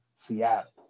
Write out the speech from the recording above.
Seattle